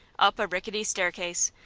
up a rickety staircase,